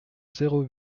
zéro